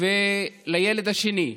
ולילד השני.